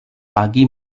pagi